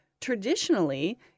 traditionally